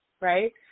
right